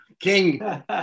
King